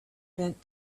bent